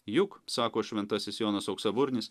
juk sako šventasis jonas auksaburnis